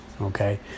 Okay